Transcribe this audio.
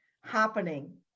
happening